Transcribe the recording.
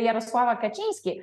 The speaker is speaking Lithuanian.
jaroslavą kačinskį